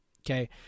Okay